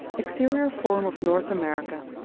exterior form of north america